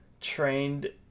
trained